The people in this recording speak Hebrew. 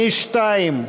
מ-2,